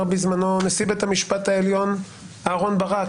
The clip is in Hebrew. בזמנו נשיא בית המשפט העליון אהרון ברק